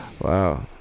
Wow